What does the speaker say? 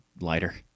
lighter